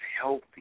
healthy